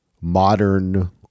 modern